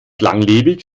langlebig